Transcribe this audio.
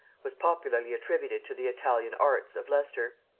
was popularly attributed to the italian arts of leicester.